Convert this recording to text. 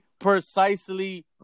precisely